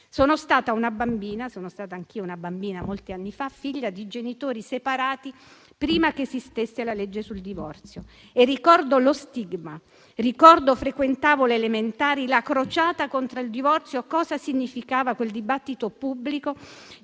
con i figli illegittimi. Sono stata anch'io una bambina molti anni fa, figlia di genitori separati prima che esistesse la legge sul divorzio e ricordo lo stigma. Frequentavo le elementari e ricordo la crociata contro il divorzio e cosa ha significato quel dibattito pubblico